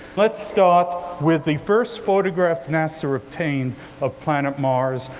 let's start with the first photograph nasa obtained ah planet mars.